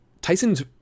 Tyson's